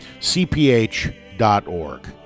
cph.org